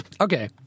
Okay